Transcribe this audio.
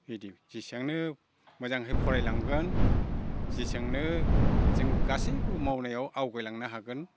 बिदि जेसेबांनो मोजाङै फरायलांगोन जेसेबांनो जों गासैबो मावनायाव आवगायलांनो हागोन